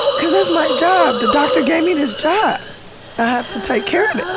cause that's my job the doctor gave me this job. i have to take care of and